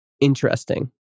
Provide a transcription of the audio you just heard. interesting